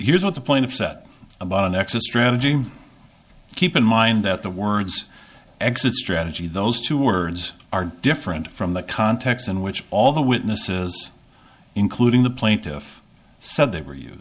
here's what the plaintiff set about an exit strategy keep in mind that the words exit strategy those two words are different from the context in which all the witnesses including the plaintiff said they were